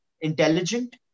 intelligent